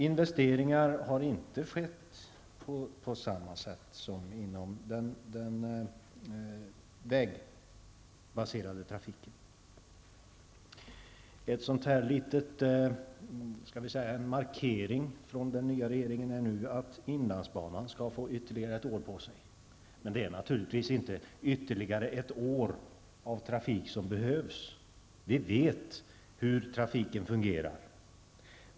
Investeringar inom järnvägen har inte skett på samma sätt som för den vägbundna trafiken. En liten markering från den nya regeringen är nu att inlandsbanan skall få ytterligare ett år på sig. Men det är naturligtvis inte ytterligare ett år av trafik där behövs. Vi vet hur trafiken fungerar.